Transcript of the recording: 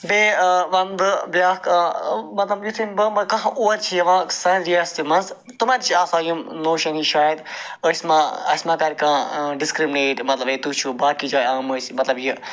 بیٚیہِ وَنہٕ بہٕ بیٛاکھ مَطلَب یُتھُے اورٕ چھُ کانٛہہ یِوان سانہِ ریاستہِ مَنٛز تِمن چھِ آسان یِم نوشَن یہِ شاید أسۍ ما اَسہِ ما کَرِ کانٛہہ ڈِسکرٛمنیٹ مَطلَب ہے تُہۍ چھُو باقی جایہِ آمٕتۍ مَطلَب یہِ